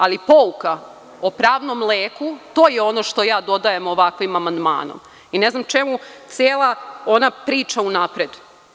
Ali pouka o pravnom leku, to je ono što ja dodajem ovakvim amandmanom i ne znam čemu cela ona priča unapred.